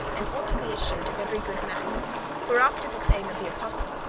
and ought to be eschewed of every good man for, after the saying of the apostle,